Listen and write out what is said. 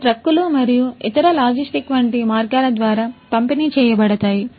ఇవి ట్రక్కులు మరియు ఇతర లాజిస్టిక్ వంటి మార్గాల ద్వారా పంపిణీ చేయబడతాయి